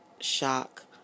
shock